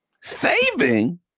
Saving